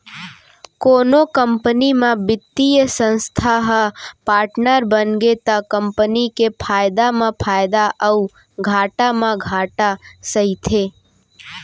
कोनो कंपनी म बित्तीय संस्था ह पाटनर बनगे त कंपनी के फायदा म फायदा अउ घाटा म घाटा सहिथे